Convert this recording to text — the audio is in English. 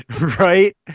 Right